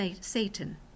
Satan